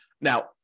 Now